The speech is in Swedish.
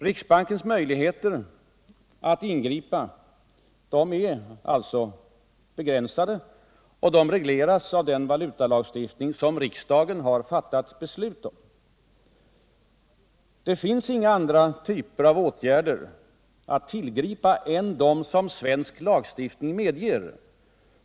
Riksbankens möjligheter att ingripa är alltså begränsade, och de regleras av den valutalagstiftning som riksdagen har fattat beslut om. Det finns inga andra typer av åtgärder att tillgripa än de som svensk lagstiftning medger.